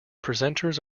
presenters